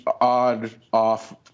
odd-off